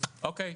אוקיי,